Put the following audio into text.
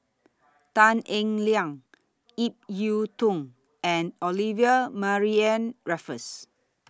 Tan Eng Liang Ip Yiu Tung and Olivia Mariamne Raffles